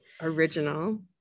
Original